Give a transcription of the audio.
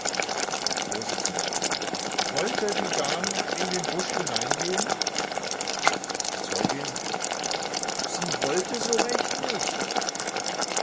vors wollte die dame in den busch hineingehen zeugin sie wollte so recht nicht